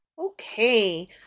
Okay